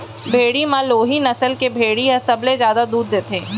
भेड़ी म लोही नसल के भेड़ी ह सबले जादा दूद देथे